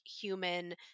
human